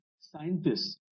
scientists